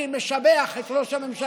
אני משבח את ראש הממשלה.